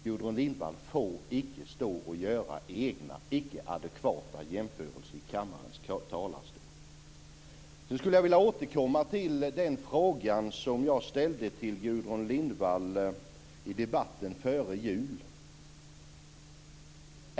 Gudrun Lindvall får icke stå i kammarens talarstol och göra egna icke adekvata jämförelser. Sedan skulle jag vilja återkomma till den fråga jag ställde till Gudrun Lindvall i debatten före jul.